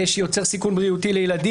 ללמוד